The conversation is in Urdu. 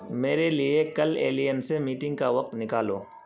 میرے لیے کل ایلین سے میٹنگ کا وقت نکالو